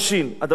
הדבר הזה בא,